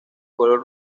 color